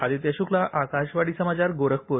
आदित्य शुक्ला आकाशवाणी समाचार गोरखपुर